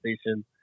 station